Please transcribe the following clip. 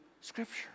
Scripture